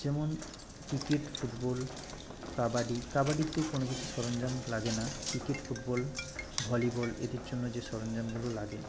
যেমন cricket football kabaddi কাবাডিতে কোনও কিছু সরঞ্জাম লাগে না ক্রিকেট ফুটবল ভলিবল এদের জন্য যে সরঞ্জামগুলো লাগে